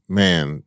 man